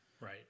Right